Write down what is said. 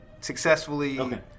successfully